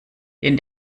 den